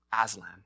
Aslan